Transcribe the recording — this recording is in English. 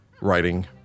writing